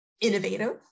innovative